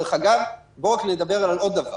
דרך אגב, צריך לדבר על עוד דבר.